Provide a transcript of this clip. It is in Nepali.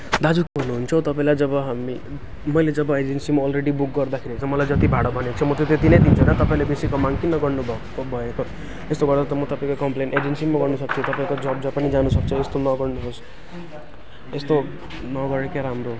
दाजु तपाईँलाई जब हामी मैले जब एजेन्सीमा अलरेडी बुक गर्दाखेरि चाहिँ मलाई जति भाडा भनेको छ म त्यत्ति नै दिन्छु ल तपाईँले बेसीको माग किन गर्नुभएको भएको यस्तो गर्दा त म तपाईँको कम्प्लेन एजेन्सीमा गर्नसक्छु तपाईँको जब जहाँ पनि जानसक्छ यस्तो नगर्नुहोस् यस्तो नगरेकै राम्रो